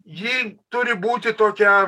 ji turi būti tokia